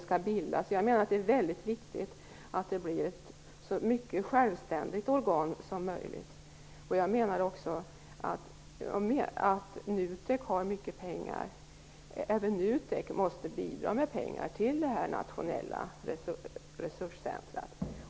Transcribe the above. Jag menar att det är viktigt att organet blir så självständigt som möjligt. Jag anser att NUTEK har mycket pengar. Även NUTEK måste bidra med pengar till det nationella resurscentret.